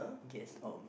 guess um